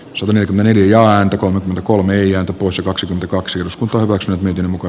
suhonen eliaan kirkon kolme eija kuusi kaksi kaksi vhs putoavat miten muka